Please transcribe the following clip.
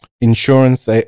insurance